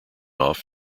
off